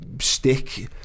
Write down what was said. stick